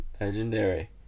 legendary